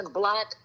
black